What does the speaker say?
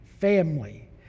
family